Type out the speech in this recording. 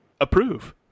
approve